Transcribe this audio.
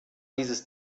dieses